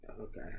okay